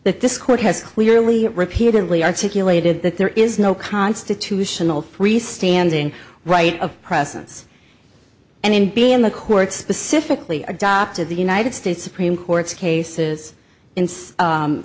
that this court has clearly repeatedly articulated that there is no constitutional free standing right of presence and in be in the court specifically adopted the united states supreme court's cases in